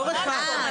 הורדנו את המדור.